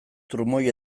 trumoi